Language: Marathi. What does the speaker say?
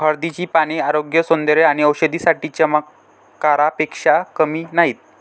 हळदीची पाने आरोग्य, सौंदर्य आणि औषधी साठी चमत्कारापेक्षा कमी नाहीत